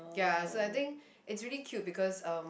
ya so I think it's really cute because um